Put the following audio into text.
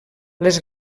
les